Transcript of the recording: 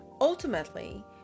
Ultimately